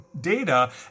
data